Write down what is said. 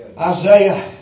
Isaiah